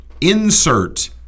insert